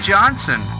Johnson